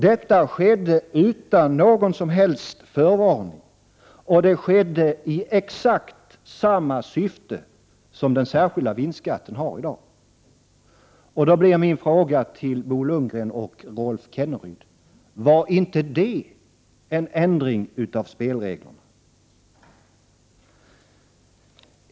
Detta skedde utan någon som helst förvarning, och det skedde i exakt samma syfte som den särskilda vinstskatten nu införs. Jag vill därför ställa en fråga till Bo Lundgren och Rolf Kenneryd: Var inte det en ändring av spelreglerna?